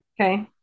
Okay